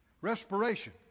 respiration